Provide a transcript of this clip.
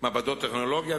מעבדות טכנולוגיה,